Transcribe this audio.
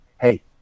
hey